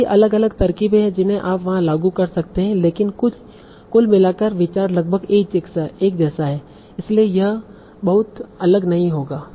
तो कई अलग अलग तरकीबें हैं जिन्हें आप वहां लागू कर सकते हैं लेकिन कुल मिलाकर विचार लगभग एक जैसा है इसलिए यह बहुत अलग नहीं होगा